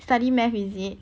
study math is it